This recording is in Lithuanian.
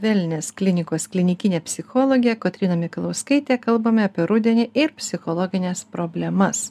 velnes klinikos klinikinė psichologė kotryna mikalauskaitė kalbame apie rudenį ir psichologines problemas